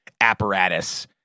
apparatus